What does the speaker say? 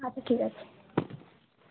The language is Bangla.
আচ্ছা ঠিক আছে